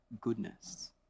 goodness